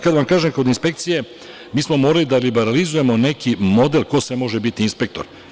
Kada vam kažem kod inspekcije, mi smo morali da liberalizujemo neki model ko sve može biti inspektor.